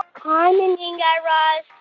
hi, mindy and guy raz.